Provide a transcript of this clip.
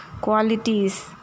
qualities